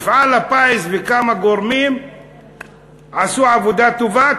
מפעל הפיס וכמה גורמים עשו עבודה טובה,